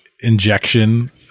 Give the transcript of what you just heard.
injection